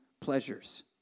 pleasures